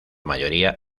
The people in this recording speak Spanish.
mayoría